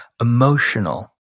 emotional